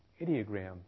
ideogram